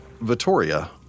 Vittoria